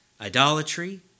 idolatry